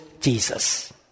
Jesus